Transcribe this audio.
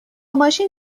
ماشین